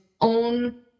own